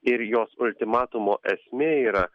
ir jos ultimatumo esmė yra